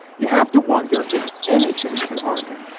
you have to wonder if anything can harm him.